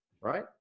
right